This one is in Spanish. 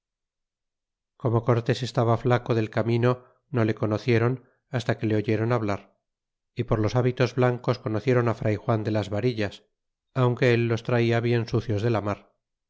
como cortés estaba flaco del camino no le conocieron hasta que le oyeron hablar é por los hábitos blancos conocieron fray juan de las varillas aunque ellos traia bien sucios de